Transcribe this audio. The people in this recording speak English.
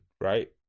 right